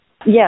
Yes